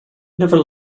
never